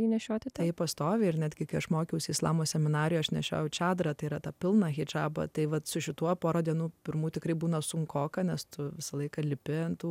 jį nešioti tai pastovi ir netgi kai aš mokiausi islamo seminarijos nešiojo čadrą tai yra tą pilną hidžabą tai vat su šituo porą dienų pirmu tikrai būna sunkoka nes tu visą laiką lipi ant